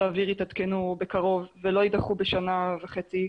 האוויר יתעדכנו בקרוב ולא יידחו בשנה וחצי.